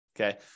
okay